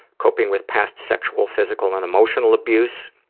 coping with past sexual, physical and emotional abuse,